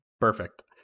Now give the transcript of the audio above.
Perfect